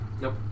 Nope